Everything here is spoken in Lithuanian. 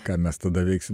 ką mes tada veiksim